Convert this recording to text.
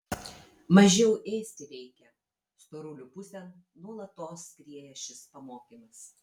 mažiau ėsti reikia storulių pusėn nuolatos skrieja šis pamokymas